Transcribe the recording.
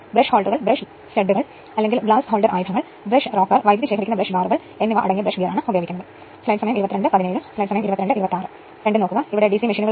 ഇപ്പോൾ അതുപോലെ തന്നെ ഓട്ടോ ട്രാൻസ്ഫോർമറിന്റെ വ്യാപ്തി എന്ന് പറയുന്നത് 2 വൈൻഡിങ് ട്രാൻസ്ഫോർമറിന്റെ ന്റെ 1 1 K' പക്ഷേ K' V 1 X 2 അതായത് 138 115